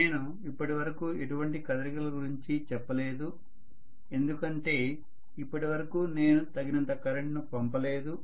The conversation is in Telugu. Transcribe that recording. నేను ఇప్పటివరకు ఎటువంటి కదలికల గురించి చెప్పలేదు ఎందుకంటే ఇప్పటి వరకు నేను తగినంత కరెంటును పంపలేదు